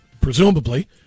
Presumably